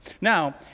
Now